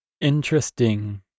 interesting